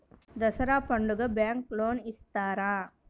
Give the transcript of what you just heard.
దసరా పండుగ bank loan ఇస్తారా?